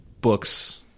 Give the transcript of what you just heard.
books